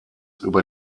über